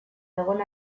egon